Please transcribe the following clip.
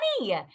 money